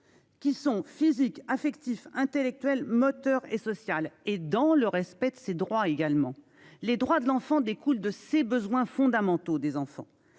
Qui sont physique affectif, intellectuel moteur et sociale et dans le respect de ses droits également les droits de l'enfant des écoute de ces besoins fondamentaux des enfants